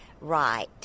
right